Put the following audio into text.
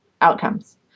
outcomes